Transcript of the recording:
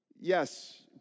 yes